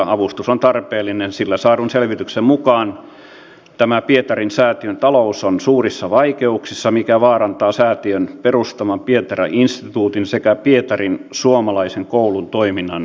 avustus on tarpeellinen sillä saadun selvityksen mukaan tämän pietari säätiön talous on suurissa vaikeuksissa mikä vaarantaa säätiön perustaman pietarin instituutin sekä pietarin suomalaisen koulun toiminnan jatkuvuuden